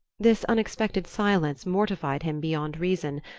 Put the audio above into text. this unexpected silence mortified him beyond reason,